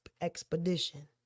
expedition